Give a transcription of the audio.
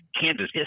Kansas